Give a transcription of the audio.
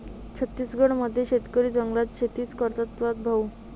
छत्तीसगड मध्ये शेतकरी जंगलात शेतीच करतात भाऊ